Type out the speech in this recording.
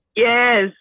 Yes